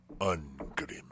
Ungrim